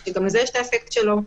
שגם לזה יש את האפקט שלו.